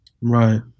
Right